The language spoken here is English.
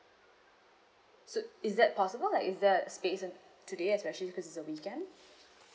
so is that possible like is there a space in today especially cause it's a weekend